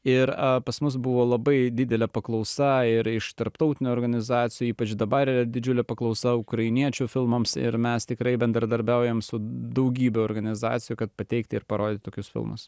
ir a pas mus buvo labai didelė paklausa ir iš tarptautinių organizacijų ypač dabar yra didžiulė paklausa ukrainiečių filmams ir mes tikrai bendradarbiaujam su daugybe organizacijų kad pateikti ir parodyti tokius filmus